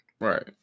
right